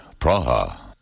Praha